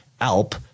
alp